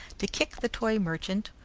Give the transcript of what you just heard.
to kick the toy merchant,